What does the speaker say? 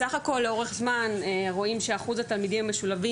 סך הכול לאורך זמן רואים שאחוז התלמידים המשולבים